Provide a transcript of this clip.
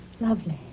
Lovely